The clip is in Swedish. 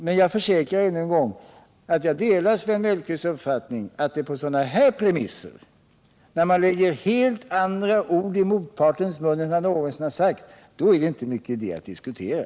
Men jag försäkrar ännu en gång att jag delar Sven Mellqvists uppfattning att på sådana här premisser — när man lägger helt andra ord i motpartens mun än han någonsin har sagt — är det inte mycket idé att diskutera.